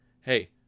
hey